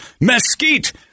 mesquite